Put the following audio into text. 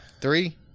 Three